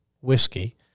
whiskey